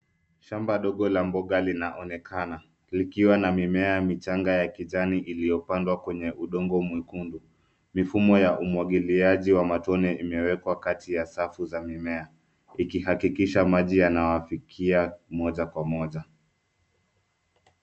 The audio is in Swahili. Shamba ndogo la mboga linaonekana, likiwa na mimea michanga ya kijani iliyopandwa kwenye udongo mwekundu. Mifumo ya umwagiliaji wa matone imewekwa kati ya safu za mimea, ikihakikisha maji yanawafikia moja kwa moja.